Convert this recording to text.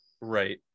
right